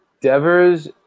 Devers